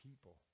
people